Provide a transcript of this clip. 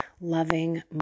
loving